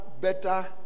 better